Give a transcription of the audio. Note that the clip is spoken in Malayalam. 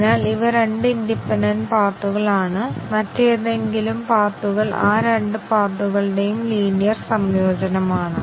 അതിനാൽ ഇത് വ്യാപകമായി ഉപയോഗിക്കപ്പെടുന്നു മാത്രമല്ല പല പരിശോധന മാനദണ്ഡങ്ങളും അനുശാസിക്കുകയും ചെയ്യുന്നു